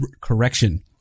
correction